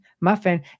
muffin